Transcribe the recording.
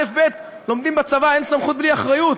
אלף-בית, לומדים בצבא: אין סמכות בלי אחריות.